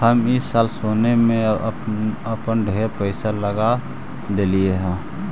हम ई साल सोने में अपन ढेर पईसा लगा देलिअई हे